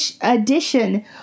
Edition